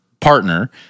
partner